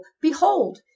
behold